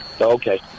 Okay